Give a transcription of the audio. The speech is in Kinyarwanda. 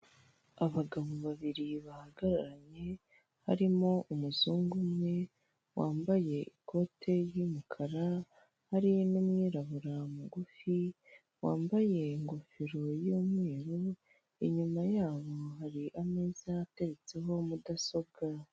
Abagabo babiri bahagararanye harimo umuzungu umwe wambaye ikote ry'umukara hamwe n'umwirabura mugufi wambaye ingofero y'umweru, inyuma yabo hari ameza atetseho mudasobwa.